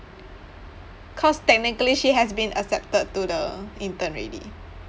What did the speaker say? cause technically she has been accepted to the intern already